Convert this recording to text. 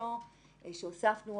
ושמירתו שהוספנו,